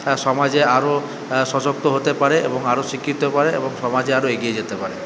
তারা সমাজে আরও সশক্ত হতে পারে এবং আরও শিক্ষিত হতে পারে এবং সমাজ আরও এগিয়ে যেতে পারে